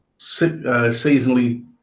seasonally